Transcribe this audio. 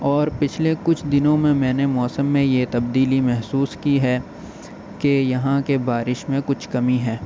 اور پچھلے کچھ دنوں میں میں نے موسم میں یہ تبدیلی محسوس کی ہے کہ یہاں کے بارش میں کچھ کمی ہے